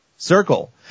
Circle